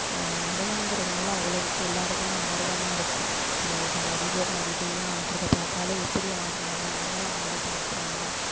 நடனம்ங்கிறதுனால அவ்வளவுக்கு எல்லாருக்குமே ஆர்வமாகருக்கும் நம்ம இப்போ நடிகர் நடிகைலாம் ஆடுறதை பார்த்தாலே எப்படி ஆடுறாங்க நம்மளும் ஆடிபாப்போமா